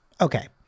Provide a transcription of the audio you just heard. Okay